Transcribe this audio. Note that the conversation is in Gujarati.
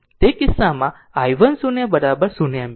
તેથી તે કિસ્સામાં i 1 0 0 એમ્પીયર